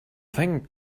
thank